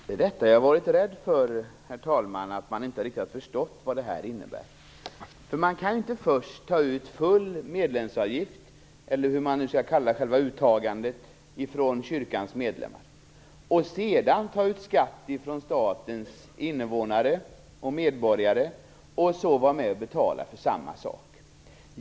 Herr talman! Det är detta jag har varit rädd för, att man inte riktigt har förstått vad det här innebär. Man kan inte först ta ut full medlemsavgift, eller vad nu själva uttagandet skall kallas, från kyrkans medlemmar och sedan ta ut skatt från statens invånare och medborgare för att betala för samma sak.